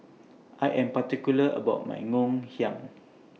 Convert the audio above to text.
I Am particular about My Ngoh Hiang